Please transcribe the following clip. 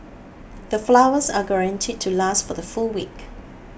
the flowers are guaranteed to last for the full week